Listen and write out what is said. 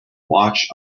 watch